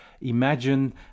imagine